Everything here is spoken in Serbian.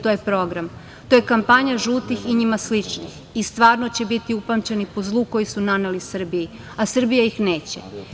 To je program, kampanja žutih i njima sličnih i stvarno će biti upamćeni po zlu koje su naneli Srbiji, a Srbija ih neće.